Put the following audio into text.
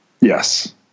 Yes